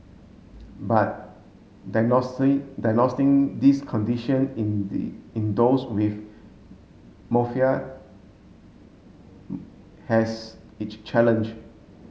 but diagnosing diagnosing this condition in the in those with has it challenge